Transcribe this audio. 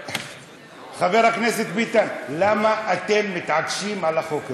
חבר הכנסת ביטן, למה אתם מתעקשים על החוק הזה?